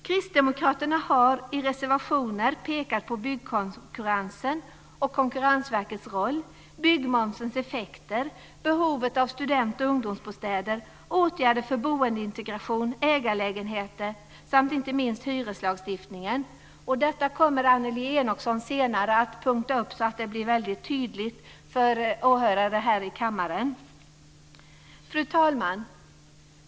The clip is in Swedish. Kristdemokraterna har i reservationer pekat på byggkonkurrensen och Konkurrensverkets roll, byggmomsens effekter, behovet av student och ungdomsbostäder, åtgärder för boendeintegration, ägarlägenheter samt inte minst hyreslagstiftningen. Detta kommer Annelie Enochson senare att förklara, så att det blir tydligt för åhörare här i kammaren. Fru talman!